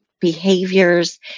behaviors